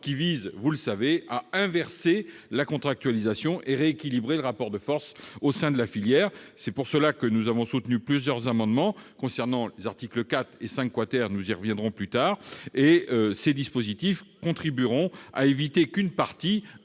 messieurs les sénateurs, à inverser la contractualisation et à rééquilibrer le rapport de force au sein de la filière. Pour cette raison, nous avons soutenu plusieurs amendements concernant les articles 4 et 5 , nous y reviendrons plus tard. Ces dispositifs contribueront à éviter qu'une partie